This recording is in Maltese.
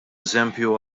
eżempju